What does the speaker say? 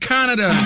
Canada